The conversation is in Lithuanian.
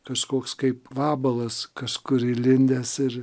kažkoks kaip vabalas kažkur įlindęs ir